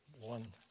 one